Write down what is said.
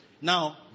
Now